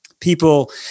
people